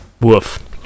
Woof